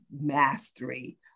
mastery